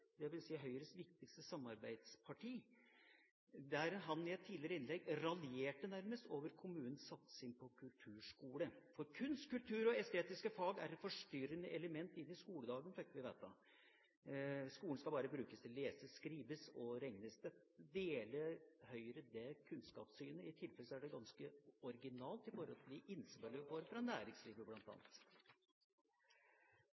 dvs. Høyres viktigste samarbeidsparti, der han nærmest raljerte over kommunenes satsing på kulturskole. For kunst, kultur og estetiske fag er et forstyrrende element inn i skoledagen, fikk vi vite. Skolen skal bare brukes til å lese, skrive og regne. Deler Høyre det kunnskapssynet? I så tilfelle er det ganske originalt i forhold til de innspill vi får fra bl.a. næringslivet.